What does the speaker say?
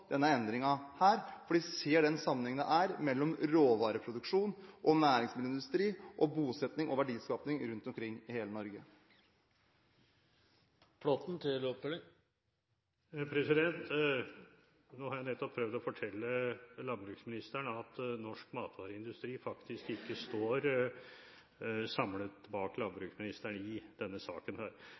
denne endringen, fordi de ser sammenhengen mellom råvareproduksjon og næringsmiddelindustri og bosetting og verdiskapning rundt omkring i hele Norge. Nå har jeg nettopp prøvd å fortelle landbruksministeren at norsk matvareindustri faktisk ikke står samlet bak landbruksministeren i denne saken.